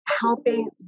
helping